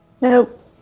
Nope